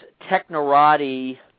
Technorati